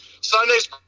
Sunday's